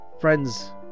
friends